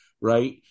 right